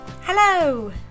Hello